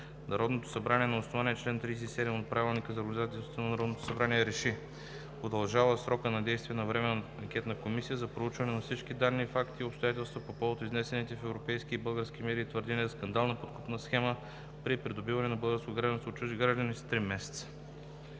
Народното събрание на основание чл. 37 от Правилника за организацията и дейността на Народното събрание РЕШИ: удължава срока на действие на Временната анкетна комисия за проучване на всички данни, факти и обстоятелства по повод изнесените в европейски и български медии твърдения за скандална подкупна схема при придобиване на българско гражданство от чужди граждани с три месеца.“